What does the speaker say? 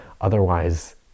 Otherwise